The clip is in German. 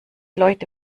leute